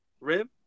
Rib